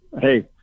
Hey